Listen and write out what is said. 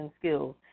skills